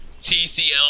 TCL